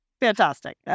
Fantastic